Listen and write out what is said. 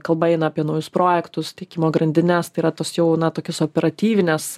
kalba eina apie naujus projektus tiekimo grandines tai yra tos jau na tokios operatyvinės